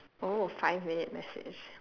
oh five minute message